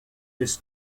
des